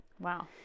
wow